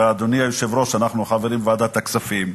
אדוני היושב-ראש, אנחנו חברים בוועדת הכספים,